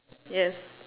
yes